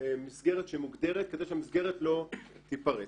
מסגרת שמוגדרת כדי שהמסגרת לא תיפרץ.